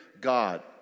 God